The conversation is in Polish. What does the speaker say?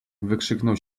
wykrzyknął